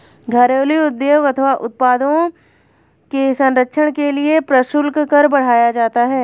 घरेलू उद्योग अथवा उत्पादों के संरक्षण के लिए प्रशुल्क कर बढ़ाया जाता है